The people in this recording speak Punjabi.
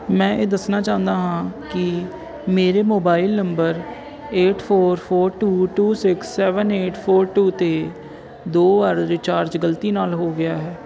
ਮੈਂ ਇਹ ਦੱਸਣਾ ਚਾਹੁੰਦਾ ਹਾਂ ਕਿ ਮੇਰੇ mobile number eight four four two two six seven eight four two 'ਤੇ ਦੋ ਵਾਰ ਰੀਚਾਰਜ ਗਲਤੀ ਨਾਲ ਹੋ ਗਿਆ ਹੈ